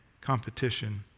competition